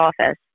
office